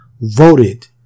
voted